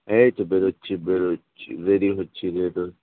এই তো বেরোচ্ছি বেরোচ্ছি রেডি হচ্ছি বের হচ্ছি